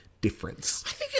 Difference